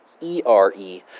E-R-E